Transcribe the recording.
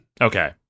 Okay